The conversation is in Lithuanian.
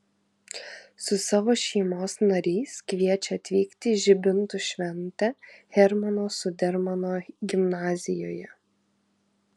su savo šeimos nariais kviečia atvykti į žibintų šventę hermano zudermano gimnazijoje